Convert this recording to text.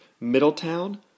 Middletown